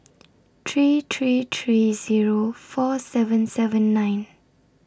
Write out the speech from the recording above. three three three Zero four seven seven nine